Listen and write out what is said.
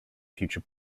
future